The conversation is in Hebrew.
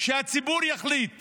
שהציבור יחליט